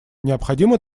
необходимо